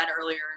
earlier